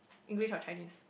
English or Chinese